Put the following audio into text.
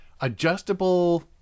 adjustable